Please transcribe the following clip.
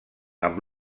amb